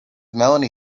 melanie